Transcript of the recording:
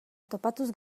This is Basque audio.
topatuz